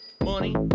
Money